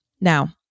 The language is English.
Now